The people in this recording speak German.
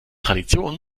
tradition